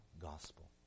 gospel